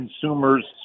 consumers